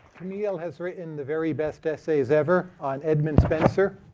camille has written the very best essays ever on edmund spenser,